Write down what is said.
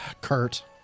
Kurt